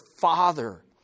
father